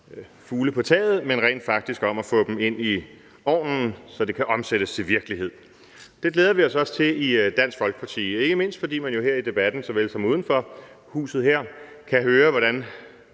fugle på taget, men om rent faktisk om at få dem ind i ovnen, så det kan omsættes til virkelighed. Det glæder vi os også til i Dansk Folkeparti, ikke mindst fordi man jo her i debatten så vel som uden for huset her kan høre, at